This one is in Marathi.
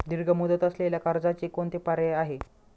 दीर्घ मुदत असलेल्या कर्जाचे कोणते पर्याय आहे?